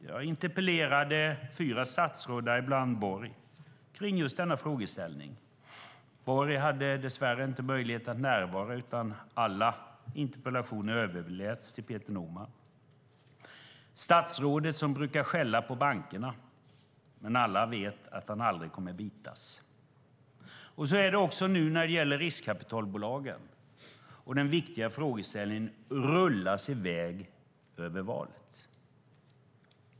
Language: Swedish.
Jag interpellerade fyra statsråd, däribland Borg, kring just denna frågeställning. Borg hade dess värre inte möjlighet att närvara. Alla interpellationer överläts till Peter Norman, statsrådet som brukar skälla på bankerna, men alla vet att han aldrig kommer att bitas. Så är det också nu när det gäller riskkapitalbolagen. Den viktiga frågeställningen rullas iväg över valet.